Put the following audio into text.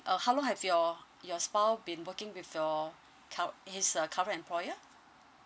uh how long have your your spouse been working with your cur~ his uh current employer